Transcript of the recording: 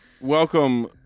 welcome